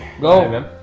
Go